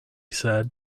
said